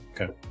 Okay